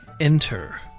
enter